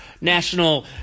national